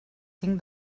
cinc